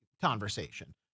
conversation